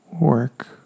work